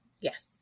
Yes